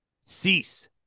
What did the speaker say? Cease